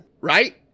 right